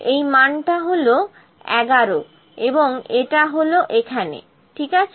এই মানটা হলো 1100 এবং এটা হলো এখানে ঠিক আছে